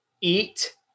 eat